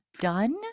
done